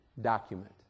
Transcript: document